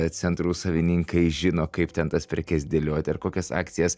centrų savininkai žino kaip ten tas prekes dėlioti ar kokias akcijas